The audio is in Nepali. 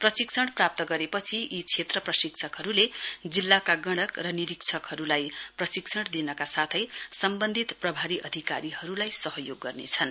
प्रशिक्षण प्राप्त गरेपछि यी क्षेत्र प्रशिक्षकहरूले जिल्लाका गणक र निरीक्षकहरूलाई प्रशिक्षण दिनका साथै सम्वन्धित प्रभारी अधिकारीहरूलाई सहयोग गर्नेछन्